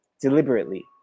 deliberately